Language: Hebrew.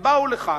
הם באו לכאן,